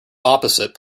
opposite